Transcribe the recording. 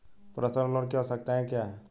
Personal loan की आवश्यकताएं क्या हैं?